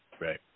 right